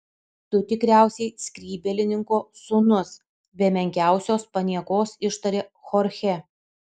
tu tikriausiai skrybėlininko sūnus be menkiausios paniekos ištarė chorchė